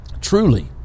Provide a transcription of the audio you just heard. Truly